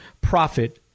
profit